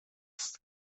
است